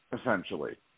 essentially